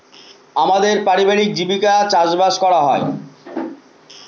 আমাদের পারিবারিক জীবিকা চাষবাস করা হয়